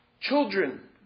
children